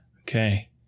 Okay